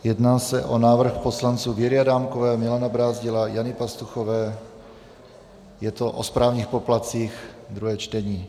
Jedná se o návrh poslanců Věry Adámkové, Milana Brázdila, Jany Pastuchové, je to o správních poplatcích, druhé čtení.